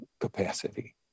capacity